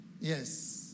yes